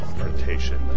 confrontation